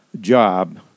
job